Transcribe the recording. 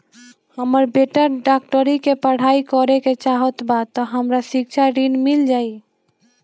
हमर बेटा डाक्टरी के पढ़ाई करेके चाहत बा त हमरा शिक्षा ऋण मिल जाई?